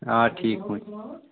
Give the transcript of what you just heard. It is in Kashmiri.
آ ٹھیٖک پٲٹھۍ